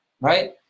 right